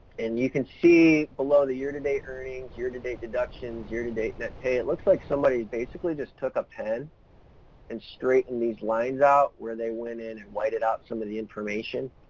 and you can see below the year-to-date earnings, year-to-date deductions, year-to-date net pay, it looks like somebody basically just took a pen and straightened these lines out where they went in and whited out some of the information.